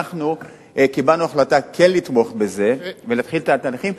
אנחנו קיבלנו החלטה כן לתמוך בזה ולהתחיל את התהליכים,